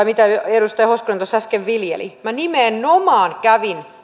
mitä edustaja hoskonen tuossa äsken viljeli minä nimenomaan kävin